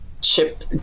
chip